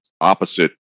opposite